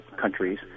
countries